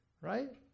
right